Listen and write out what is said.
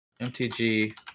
MTG